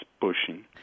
pushing